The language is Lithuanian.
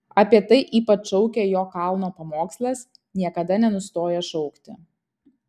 apie tai ypač šaukia jo kalno pamokslas niekada nenustoja šaukti